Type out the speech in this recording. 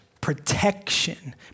protection